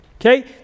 okay